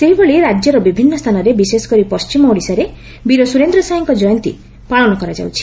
ସେହିଭଳି ରାଜ୍ୟର ବିଭିନ୍ନ ସ୍ଥାନରେ ବିଶେଷକରି ପଣ୍ଟିମ ଓଡ଼ିଶାରେ ବୀର ସୁରେନ୍ଦ ସାଏଙ୍ ଜୟନ୍ତୀ ପାଳନ କରାଯାଉଛି